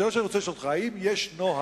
השאלה שאני רוצה לשאול אותך, האם יש נוהל